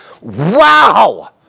wow